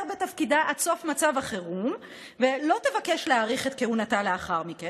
בתפקידה עד סוף מצב החירום ולא תבקש להאריך את כהונתה לאחר מכן.